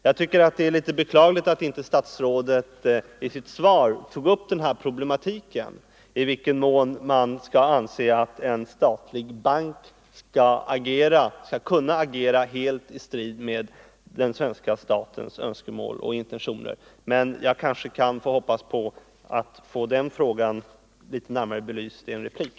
Jag tycker att det är litet beklagligt att inte statsrådet i sitt svar tog upp den här problematiken, i vilken mån man skall anse att en statlig bank skall kunna agera helt i strid med den svenska statens önskemål och intentioner, men jag kanske kan hoppas på att få den frågan litet närmare belyst i en replik.